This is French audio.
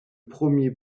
premier